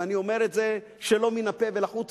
ואני אומר את זה שלא מן הפה אל החוץ,